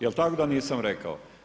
Jel' tako da nisam rekao?